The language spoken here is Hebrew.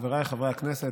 חבריי חברי הכנסת,